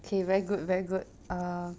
okay very good very good uh